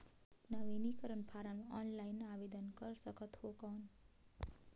नवीनीकरण form offline आवेदन कर सकत हो कौन?